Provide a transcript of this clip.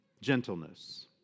Gentleness